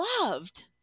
loved